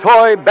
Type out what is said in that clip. Toy